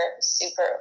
super